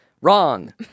Wrong